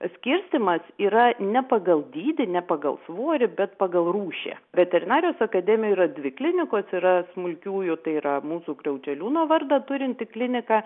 skirstymas yra ne pagal dydį ne pagal svorį bet pagal rūšį veterinarijos akademijoj yra dvi klinikos yra smulkiųjų tai yra mūsų kriaučeliūno vardą turinti klinika